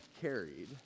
carried